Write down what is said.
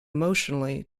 emotionally